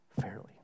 fairly